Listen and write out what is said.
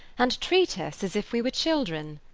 and treat us as if we were children.